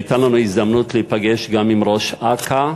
והייתה לנו הזדמנות להיפגש גם עם ראש אכ"א